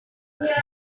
байх